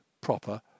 proper